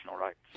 rights